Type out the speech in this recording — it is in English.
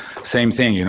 same thing, you know?